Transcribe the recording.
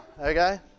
Okay